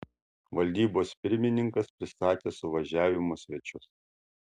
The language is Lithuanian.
valdybos pirmininkas pristatė suvažiavimo svečius